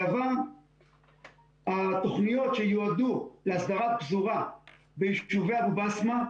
בעבר התוכניות שיועדו להסדרת הפזורה ביישובי אבו בסמה,